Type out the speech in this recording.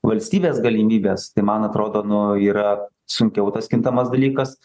valstybės galimybės tai man atrodo nu yra sunkiau tas kintamas dalykas